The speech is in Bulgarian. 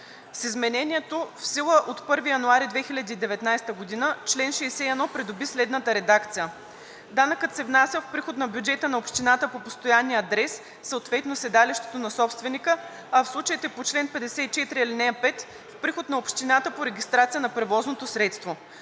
С изменението, в сила от 1 януари 2019 г., чл. 61 придоби следната редакция: „Данъкът се внася в приход на бюджета на общината по постоянния адрес, съответно седалището на собственика, а в случаите по чл. 54, ал. 5, в приход на общината по регистрация на превозното средство.“